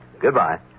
Goodbye